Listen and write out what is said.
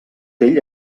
ell